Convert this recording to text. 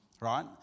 right